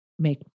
make